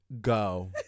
go